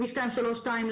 כביש 232,